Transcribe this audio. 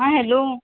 आं हॅलो